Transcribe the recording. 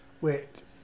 Wait